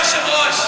אדוני היושב-ראש?